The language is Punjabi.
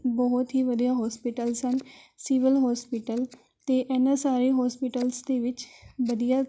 ਬਹੁਤ ਹੀ ਵਧੀਆ ਹੋਸਪਿਟਲਜ਼ ਹਨ ਸਿਵਲ ਹੋਸਪਿਟਲ ਅਤੇ ਇਨ੍ਹਾਂ ਸਾਰੇ ਹੋਸਪਿਟਲਜ਼ ਦੇ ਵਿੱਚ ਵਧੀਆ